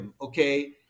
okay